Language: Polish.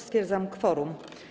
Stwierdzam kworum.